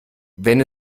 wenn